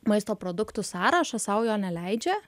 maisto produktų sąrašą sau jo neleidžia